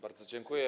Bardzo dziękuję.